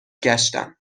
گشتم